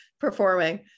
performing